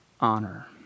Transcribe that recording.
honor